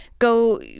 go